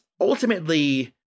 ultimately